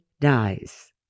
dies